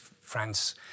France